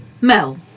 Mel